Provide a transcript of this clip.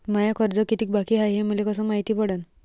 माय कर्ज कितीक बाकी हाय, हे मले कस मायती पडन?